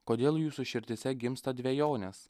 kodėl jūsų širdyse gimsta dvejonės